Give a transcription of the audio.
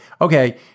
okay